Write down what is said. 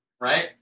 Right